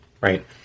right